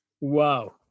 Wow